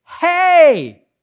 hey